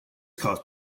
caused